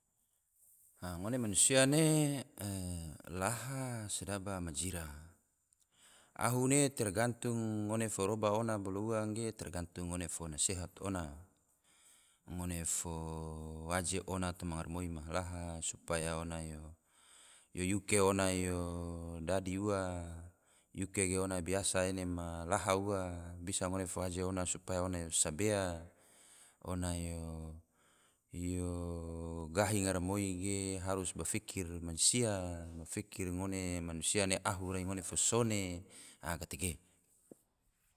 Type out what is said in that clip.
A ngone manusia ne laha se sedaaba majira, ahu ne tergantung ngone fo roba ona bolo ua ge tergantung ngone fo nasehat ona, ngone fo waje ona toma garamoi ma laha. supaya ona yo yuke ona yo dadi ua, yuke ge ona yo biasa ma laha ua, bisa ngone fo waje ona supaya ona fo sabea, ona yo gahi garamoi ge harus bafikir mansia, fikir ngone mansia ne ahu ngone fo sone. a gatege